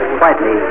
quietly